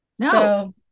No